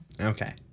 Okay